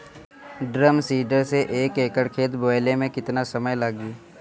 Drum seeder से एक एकड़ खेत बोयले मै कितना समय लागी?